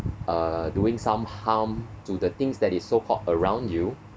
uh doing some harm to the things that is so hot around you